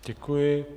Děkuji.